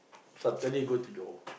Saturday go to Johor